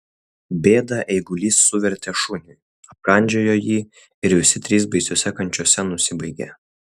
bėdą eigulys suvertė šuniui apkandžiojo jį ir visi trys baisiose kančiose nusibaigė